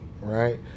right